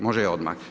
Može odmah.